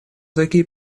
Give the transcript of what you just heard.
такие